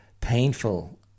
painful